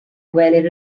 gwelir